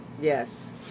Yes